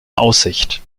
aussicht